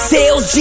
Sales